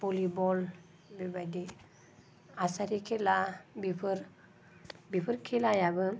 volleyball बेबायदि आसारि खेला बेफोर बेफोर खेलायाबो